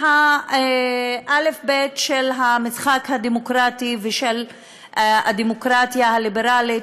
מהאלף-בית של המשחק הדמוקרטי ושל הדמוקרטיה הליברלית,